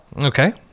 Okay